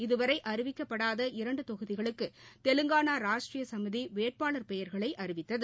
இதுவரைஅறிவிக்கப்படாத இரண்டுதொகுதிகளுக்குதெலங்கானா ராஷ்டரியசமிதிவேட்பாளர் பெயர்களைஅறிவித்தது